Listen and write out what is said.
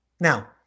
Now